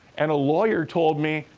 and a lawyer told me,